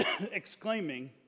exclaiming